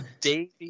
Davey